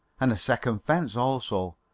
and a second fence also!